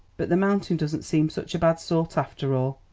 but the mountain doesn't seem such a bad sort, after all.